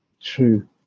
true